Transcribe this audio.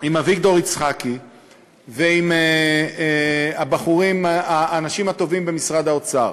עם אביגדור יצחקי ועם האנשים הטובים במשרד האוצר,